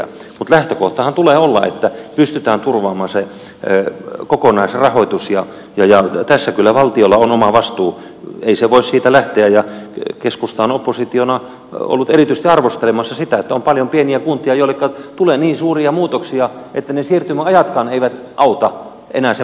mutta lähtökohdanhan tulee olla että pystytään turvaamaan se kokonaisrahoitus ja tässä kyllä valtiolla on oma vastuu ei se voi siitä lähteä ja keskusta on oppositiona ollut erityisesti arvostelemassa sitä että on paljon pieniä kuntia joille tulee niin suuria muutoksia että ne siirtymä ajatkaan eivät auta enää sen palvelutason turvaamiseen